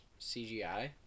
CGI